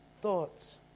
thoughts